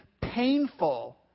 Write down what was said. painful